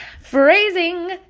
Phrasing